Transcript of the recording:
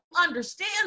understand